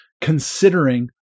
considering